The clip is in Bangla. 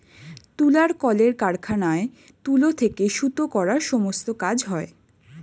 তুলার কলের কারখানায় তুলো থেকে সুতো করার সমস্ত কাজ হয়